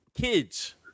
kids